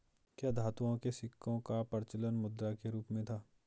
क्या धातुओं के सिक्कों का प्रचलन मुद्रा के रूप में था?